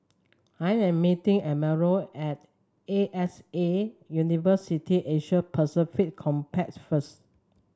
I am meeting Emilio at A X A University Asia Pacific Campus first